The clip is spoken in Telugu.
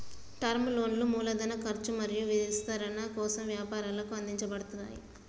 టర్మ్ లోన్లు మూలధన ఖర్చు మరియు విస్తరణ కోసం వ్యాపారాలకు అందించబడతయ్